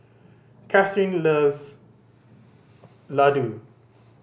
Kathryn loves laddu